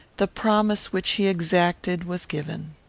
the promise which he exacted was given.